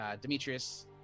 Demetrius